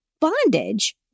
Bondage